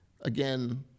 again